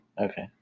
Okay